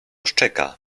szczeka